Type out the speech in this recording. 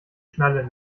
schnalle